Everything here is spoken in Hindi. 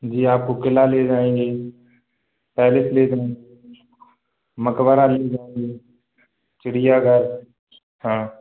जी आपको क़िला ले जाएंगे पैलेस ले जाएंगे मक़बरा ले जाएंगे चिड़याघर हाँ